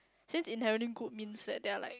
since inherently good means that they are like